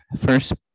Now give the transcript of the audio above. first